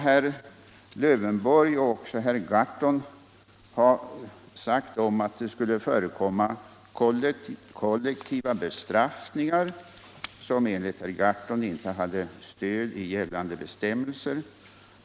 Herr Lövenborg och även herr Gahrton har sagt att det skulle förekomma kollektiva bestraffningar, som enligt herr Gahrton inte hade stöd i gällande bestämmelser.